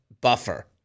buffer